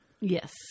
Yes